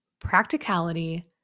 practicality